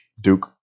duke